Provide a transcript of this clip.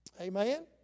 Amen